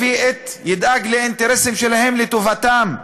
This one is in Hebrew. ידאג לאינטרסים שלהם, לטובתם,